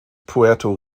puerto